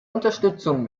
unterstützung